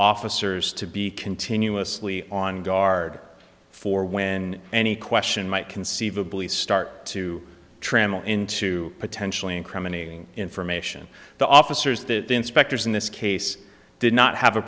officers to be continuously on guard for when any question might conceivably start to trammel into potentially incriminating information the officers the inspectors in this case did not have a